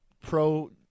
pro